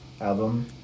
album